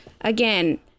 again